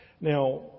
Now